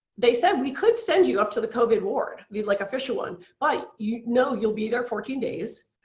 they said we could send you up to the covid ward, the like official one, but you know you'll be there fourteen days.